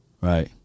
Right